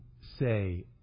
say